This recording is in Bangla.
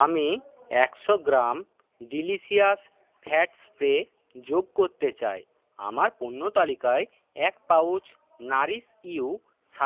আমি একশো গ্রাম ডিলিশিয়াস ফ্যাট স্প্রেড যোগ করতে চাই আমার পণ্য তালিকায় এক পাউচ নারিশ ইউ সাদা কিনোয়ার সঙ্গে